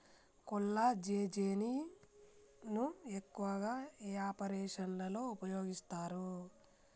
కొల్లాజెజేని ను ఎక్కువగా ఏ ఆపరేషన్లలో ఉపయోగిస్తారు?